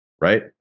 Right